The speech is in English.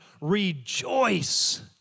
rejoice